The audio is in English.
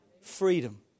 freedom